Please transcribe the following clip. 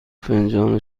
فنجان